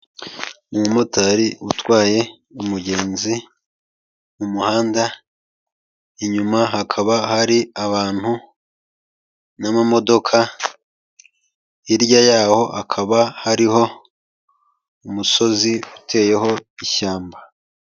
Umumotari utwaye umugenzi mu muhanda inyuma hakaba hari abantu n'amamodoka hirya yaho hakaba hariho umusozi uteyeho ishyamba.